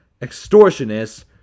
extortionists